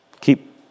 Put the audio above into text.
keep